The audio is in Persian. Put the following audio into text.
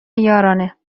یارانه